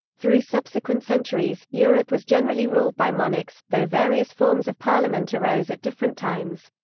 through subsequent centuries, europe was generally ruled by monarchs, though various forms of parliament arose at different times.